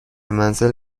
منزل